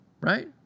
right